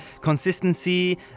consistency